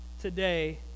today